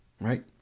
Right